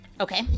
Okay